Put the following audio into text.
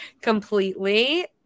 Completely